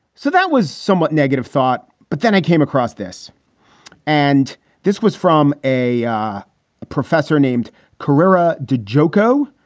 so that was somewhat negative thought, but then i came across this and this was from a um professor named corera de joco,